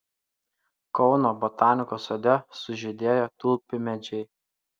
kauno botanikos sode sužydėjo tulpmedžiai